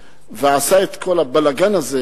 ועשה את כל הבלגן הזה